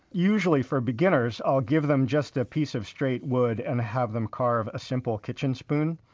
usually, for beginners, i'll give them just a piece of straight wood and have them carve a simple kitchen spoon,